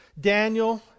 Daniel